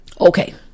Okay